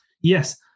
yes